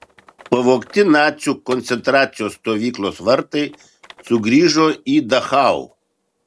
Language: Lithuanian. pavogti nacių koncentracijos stovyklos vartai sugrįžo į dachau